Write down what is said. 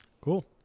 Cool